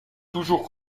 toujours